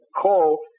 call